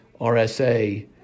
RSA